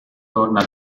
torna